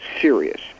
serious